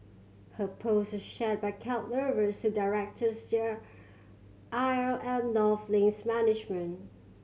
her post was shared by cat lovers who directed their ire at North Link's management